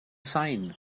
sain